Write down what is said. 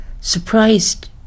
surprised